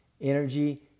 energy